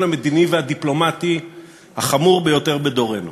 המדיני והדיפלומטי החמור ביותר בדורנו.